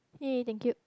!yay! thank you